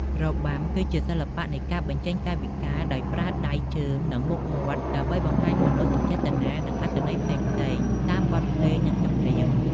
របាំ គឺជាសិល្បៈនៃការបញ្ចេញកាយវិការដោយប្រើដៃជើង និងមុខមាត់ ដើម្បីបង្ហាញមនោសញ្ចេតនា និងអត្ថន័យផ្សេងៗ តាមបទភ្លេងនិងចម្រៀង។